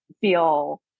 feel